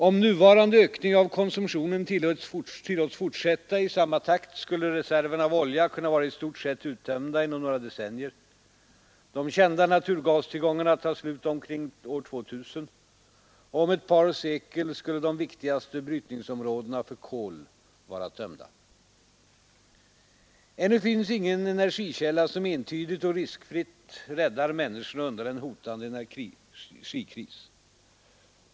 Om nuvarande ökning av konsumtionen tillåts fortsätta i samma takt skulle reserverna av olja kunna vara i stort sett uttömda inom några decennier, de kända naturgastillgångarna ta slut omkring år 2000, och om ett par sekel skulle de viktigaste brytningsområdena för kol vara tömda. Ännu finns ingen energikälla som entydigt och riskfritt räddar människorna undan en hotande energikris.